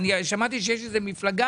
שמעתי שיש עכשיו מפלגה,